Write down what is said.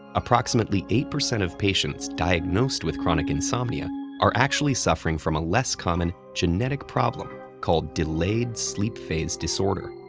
approximately eight percent of patients diagnosed with chronic insomnia are actually suffering from a less common genetic problem called delayed sleep phase disorder,